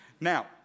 Now